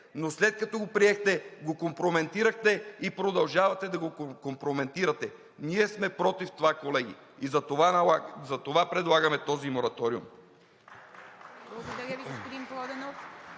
но след като го приехте, го компрометирахте и продължавате да го компрометирате. Ние сме против това, колеги, и затова предлагаме този мораториум.